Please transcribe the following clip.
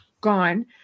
gone